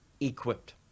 equipped